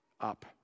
up